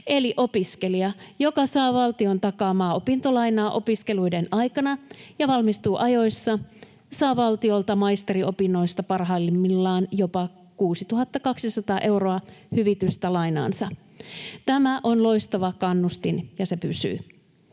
Eli opiskelija, joka saa valtion takaamaa opintolainaa opiskeluiden aikana ja valmistuu ajoissa, saa valtiolta maisteriopinnoista parhaimmillaan jopa 6 200 euroa hyvitystä lainaansa. Tämä on loistava kannustin, ja se pysyy.